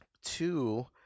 Two